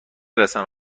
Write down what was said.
رسانه